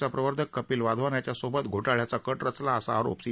चा प्रवर्तक कपील वाधवान याच्यासोबत घोटाळ्याचा कट रचला असा आरोप सी